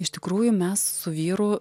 iš tikrųjų mes su vyru